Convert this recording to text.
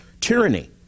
tyranny